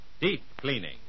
deep-cleaning